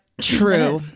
True